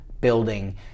building